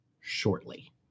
shortly